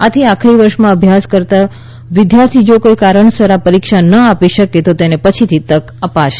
આથી આખરી વર્ષમાં અભ્યાસ કરતા વિદ્યાર્થી જો કોઈ કારણસર આ પરીક્ષા ન આપી શકે તો તેને પછીથી તક અપાશે